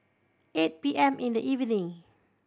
eight P M in the evening